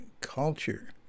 culture